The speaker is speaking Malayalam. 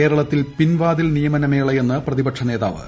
കേരളത്തിൽ പിൻവാതിൽ നിയമന മേളയെന്ന് പ്രതിപക്ഷനേതാവ്